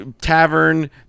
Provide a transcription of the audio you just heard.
Tavern